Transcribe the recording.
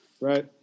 Right